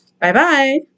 Bye-bye